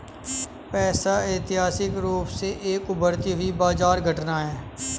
पैसा ऐतिहासिक रूप से एक उभरती हुई बाजार घटना है